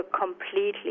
completely